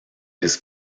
his